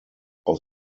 aus